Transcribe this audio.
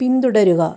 പിന്തുടരുക